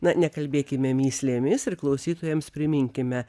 na nekalbėkime mįslėmis ir klausytojams priminkime